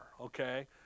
okay